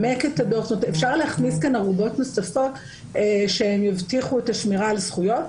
אפשר להכניס כאן ערובות נוספות שיבטיחו את השמירה על זכויות.